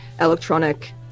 electronic